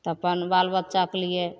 तऽ अपन बाल बच्चाके लिए